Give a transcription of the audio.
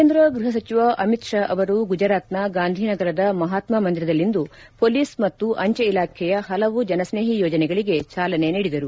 ಕೇಂದ್ರ ಗೃಹ ಸಚಿವ ಅಮಿತ್ ಷಾ ಅವರು ಗುಜರಾತ್ನ ಗಾಂಧಿನಗರದ ಮಹಾತ್ಮ ಮಂದಿರದಲ್ಲಿಂದು ಪೊಲೀಸ್ ಮತ್ತು ಅಂಚೆ ಇಲಾಖೆಯ ಹಲವು ಜನಸ್ನೇಹಿ ಯೋಜನೆಗಳಿಗೆ ಚಾಲನೆ ನೀಡಿದರು